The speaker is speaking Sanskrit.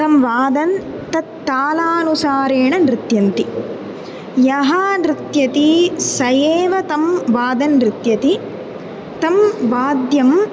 तं वादन् तत् तालानुसारेण नृत्यन्ति यः नृत्यति सः एव तं वादन् नृत्यति तं वाद्यम्